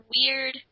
weird